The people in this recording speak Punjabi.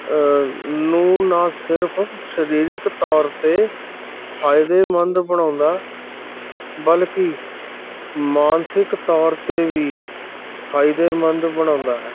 ਨੂੰ ਨਾ ਸਿਰਫ਼ ਸਰੀਰਕ ਤੌਰ 'ਤੇ ਫ਼ਾਇਦੇਮੰਦ ਬਣਾਉਂਦਾ ਬਲਕਿ ਮਾਨਸਿਕ ਤੌਰ 'ਤੇ ਵੀ ਫ਼ਾਇਦੇਮੰਦ ਬਣਾਉਂਦਾ ਹੈ